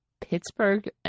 Pittsburgh